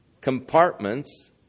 compartments